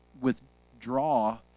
withdraw